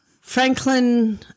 Franklin